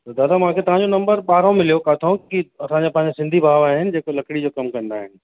त दादा मूंखे तव्हांजो नम्बर ॿाहिरां मिलियो किथा की असांजा पंहिंजा सिंधी भाउ आहिनि जेको लकड़ी जो कमु कंदा आहिनि